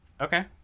Okay